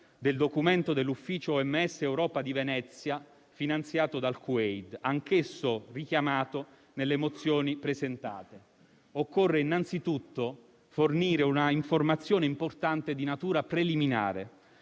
del documento dell'ufficio OMS Europa di Venezia, finanziato dal Kuwait, anch'esso richiamato nelle mozioni presentate. Occorre innanzitutto fornire un'informazione importante di natura preliminare: